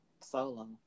solo